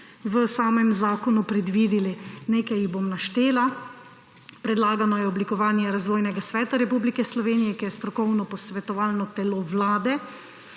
v samem zakonu predvideli, nekaj jih bom naštela. Predlagano je oblikovanje Razvojnega sveta Republike Slovenije, ki je strokovno posvetovalno telo Vlade.